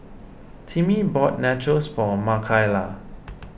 Timmy bought Nachos for Makayla